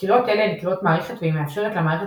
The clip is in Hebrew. קריאות אלה הן קריאות מערכת והיא מאפשרת למערכת